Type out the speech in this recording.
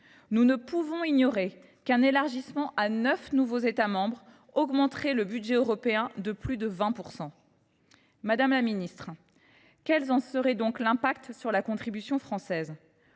nous ne pouvons ignorer qu’un élargissement à neuf nouveaux États membres augmenterait le budget européen de plus de 20 %. Madame la secrétaire d’État, quel en serait l’impact pour la contribution française ?